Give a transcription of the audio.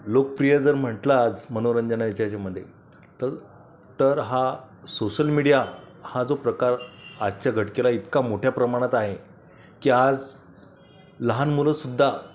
लोकप्रिय जर म्हटलाच मनोरंजनाच्या ह्याच्यामध्ये तर तर हा सोशल मीडिया हा जो प्रकार आजच्या घटकेला इतका मोठ्या प्रमाणात आहे की आज लहान मुलंसुद्धा